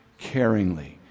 caringly